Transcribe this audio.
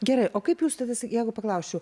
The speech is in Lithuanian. gerai o kaip jūs tada jeigu paklausčiau